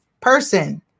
person